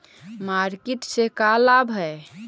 Market से का लाभ है?